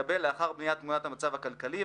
תתקבל לאחר בניית תמונת המצב הכלכלי,